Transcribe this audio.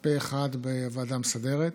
פה אחד בוועדה המסדרת,